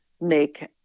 make